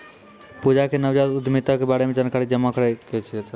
पूजा के नवजात उद्यमिता के बारे मे जानकारी जमा करै के छलै